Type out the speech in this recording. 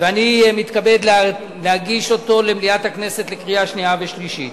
ואני מתכבד להגיש אותו למליאת הכנסת לקריאה שנייה ושלישית.